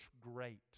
great